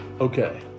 Okay